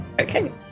Okay